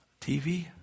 TV